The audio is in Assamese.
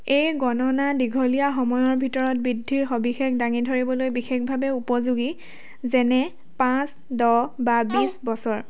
এই গণনা দীঘলীয়া সময়ৰ ভিতৰত বৃদ্ধিৰ সবিশেষ দাঙি ধৰিবলৈ বিশেষভাৱে উপযোগী যেনে পাঁচ দহ বা বিছ বছৰ